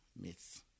myths